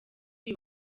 uyu